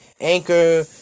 Anchor